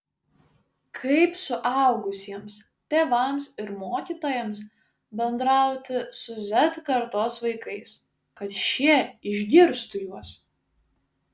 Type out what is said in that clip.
kaip suaugusiems tėvams ir mokytojams bendrauti su z kartos vaikais kad šie išgirstų juos